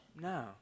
No